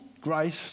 grace